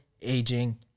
aging